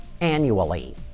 annually